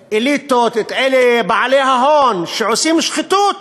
ואת האליטות, את בעלי ההון שעושים שחיתות